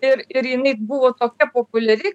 ir ir jinai buvo tokia populiari